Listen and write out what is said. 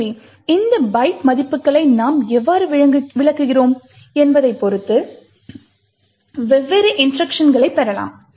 எனவே இந்த பைட் மதிப்புகளை நாம் எவ்வாறு விளக்குகிறோம் என்பதைப் பொறுத்து வெவ்வேறு இன்ஸ்ட்ருக்ஷன்களைப் பெறலாம்